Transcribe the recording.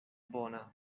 bona